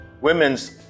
women's